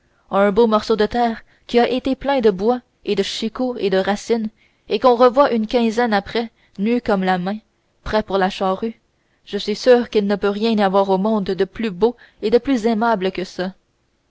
un beau morceau de terre qui a été plein de bois et de chicots et de racines et qu'on revoit une quinzaine après nu comme la main prêt pour la charrue je suis sûre qu'il ne peut rien y avoir au monde de plus beau et de plus aimable que ça